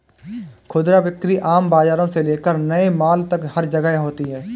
खुदरा बिक्री आम बाजारों से लेकर नए मॉल तक हर जगह होती है